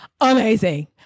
Amazing